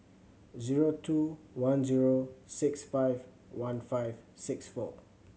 zero two one zero six five one five six four